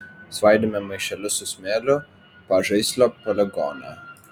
svaidėme maišelius su smėliu pažaislio poligone